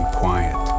quiet